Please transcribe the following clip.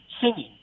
singing